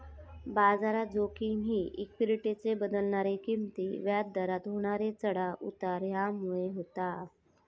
बाजारात जोखिम ही इक्वीटीचे बदलणारे किंमती, व्याज दरात होणारे चढाव उतार ह्यामुळे होता